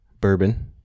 Bourbon